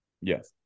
Yes